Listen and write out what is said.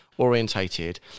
Orientated